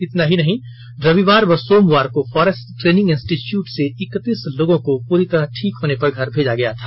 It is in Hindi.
इतना ही नहीं रविवार व सोमवार को फॉरेस्ट ट्रेनिंग इंस्टीट्यूट से इक्कतीस लोगों को पूरी तरह ठीक होने पर घर भेजा गया था